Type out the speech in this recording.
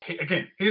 again